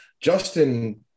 Justin